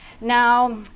Now